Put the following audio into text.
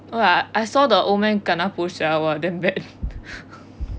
oh ya I saw the old man kena push sia !wah! damn bad